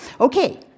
Okay